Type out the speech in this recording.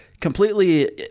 completely